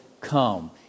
come